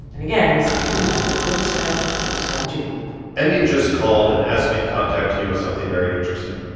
and again, this is the email that goldstone sent to don jr emin just called and asked me to contact you with something very interesting.